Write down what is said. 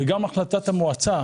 וגם החלטות המועצה